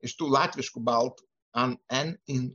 iš tų latviškų baltų an en in